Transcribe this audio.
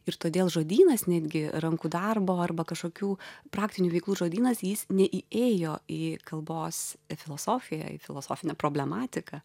ir todėl žodynas netgi rankų darbo arba kažkokių praktinių veiklų žodynas jis neįėjo į kalbos filosofiją filosofinę problematiką